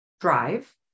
DRIVE